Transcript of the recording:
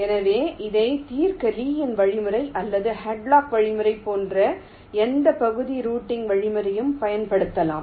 எனவே இதை தீர்க்க லீயின் வழிமுறை அல்லது ஹாட்லாக் வழிமுறை போன்ற எந்த பகுதி ரூட்டிங் வழிமுறையும் பயன்படுத்தப்படலாம்